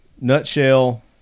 nutshell